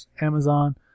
Amazon